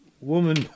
woman